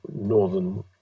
northern